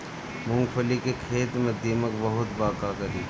मूंगफली के खेत में दीमक बहुत बा का करी?